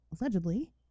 allegedly